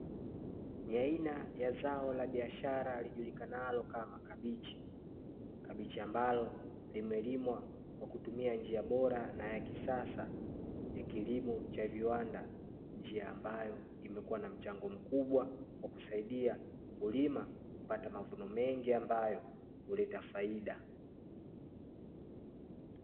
Ni aina ya zao la biashara lijulikanalo kama kabichi, kabichi ambalo limelimwa kwa kutumia njia bora na ya kisasa ya kilimo cha viwanda. Njia ambayo imekuwa na mchango mkubwa kwa kusaidia mkulima kupata mavuno mengi ambayo huleta faida.